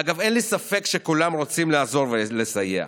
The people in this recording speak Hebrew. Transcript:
אגב, אין לי ספק שכולם רוצים לעזור ולסייע.